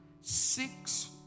six